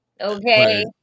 Okay